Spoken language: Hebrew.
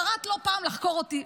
את קראת לא פעם לחקור אותי,